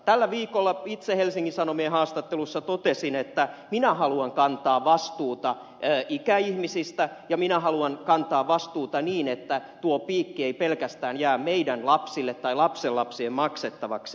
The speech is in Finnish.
tällä viikolla itse helsingin sanomien haastattelussa totesin että minä haluan kantaa vastuuta ikäihmisistä ja minä haluan kantaa vastuuta niin että tuo piikki ei pelkästään jää meidän lapsillemme tai lapsenlapsillemme maksettavaksi